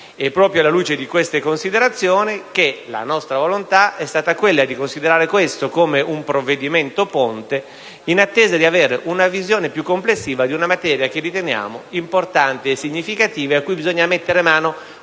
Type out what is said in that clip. È proprio alla luce di queste considerazioni che la nostra volontà è stata quella di considerare questo come un provvedimento ponte in attesa di avere una visione più complessiva di una materia che riteniamo importante e significativa a cui bisogna mettere mano